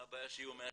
מה הבעיה שיהיו 170?